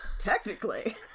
technically